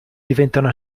diventano